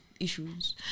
Issues